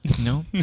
No